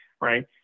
right